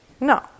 No